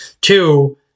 Two